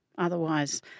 Otherwise